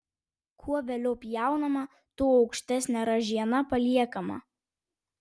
kuo vėliau pjaunama tuo aukštesnė ražiena paliekama